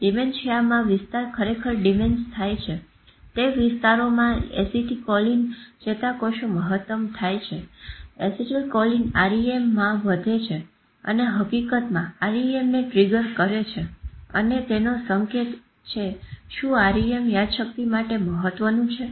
ડીમેન્શીયામાં વિસ્તાર ખરેખર ડીમેન્સ થાય છે તે વિસ્તારોમાં એસીટીલીન કોલીન ચેતાકોષો મહત્તમ થાય છે એસીટીલ કોલીન REMમાં વધે છે અને હકીકતમાં REMને ટ્રીગર કરે છે અને તેનો સંકેતએ છે શું REM યાદશક્તિ માટે મહત્વનું છે